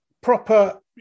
proper